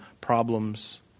problems